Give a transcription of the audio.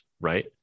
right